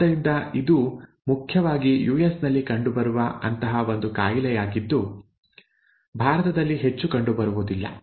ಆದ್ದರಿಂದ ಇದು ಮುಖ್ಯವಾಗಿ ಯುಎಸ್ ನಲ್ಲಿ ಕಂಡುಬರುವ ಅಂತಹ ಒಂದು ಕಾಯಿಲೆಯಾಗಿದ್ದು ಭಾರತದಲ್ಲಿ ಹೆಚ್ಚು ಕಂಡುಬರುವುದಿಲ್ಲ